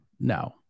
no